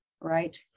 right